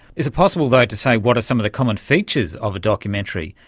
is it possible though to say what are some of the common features of a documentary,